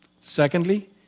Secondly